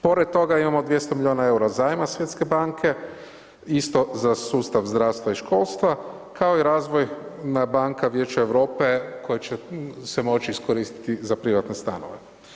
Pored toga imamo 200 milijuna EUR-a zajma Svjetske banke, isto za sustav zdravstva i školstva, kao i razvojna banka Vijeća Europe koja će se moći iskoristiti za privatne stanove.